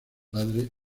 padre